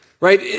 right